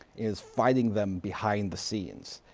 is fighting them behind the scenes.